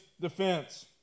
defense